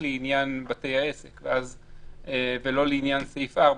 לעניין בתי העסק ולא לעניין סעיף (4).